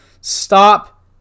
stop